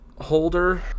holder